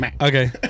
Okay